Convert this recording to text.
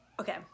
okay